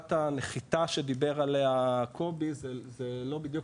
עמדת הנחיתה שדיבר עליה קובי זה לא בדיוק,